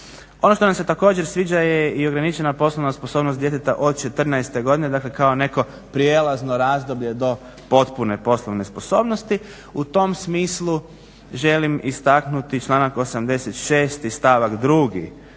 Ono što nam se također sviđa je i ograničena poslovna sposobnost djeteta od 14—te godine dakle, kao neko prijelazno razdoblje do potpune poslovne sposobnosti. U tom smislu želim istaknuti članak 86.stavak 2